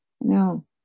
no